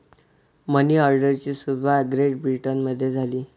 मनी ऑर्डरची सुरुवात ग्रेट ब्रिटनमध्ये झाली